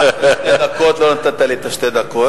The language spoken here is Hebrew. לקחת לי שתי דקות, לא נתת לי את השתי דקות.